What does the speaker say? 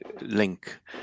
link